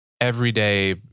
everyday